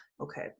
Okay